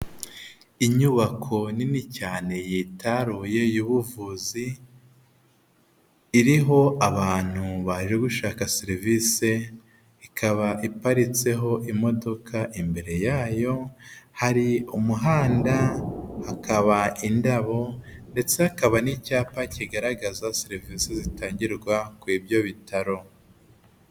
Inyubako nini cyane yitaruye y'ubuvuzi iriho abantu baje gushaka serivisi, ikaba iparitseho imodoka, imbere yayo hari umuhanda hakaba indabo ndetse hakaba n'icyapa kigaragaza serivisi zitangirwa kuri ibyo bitaro.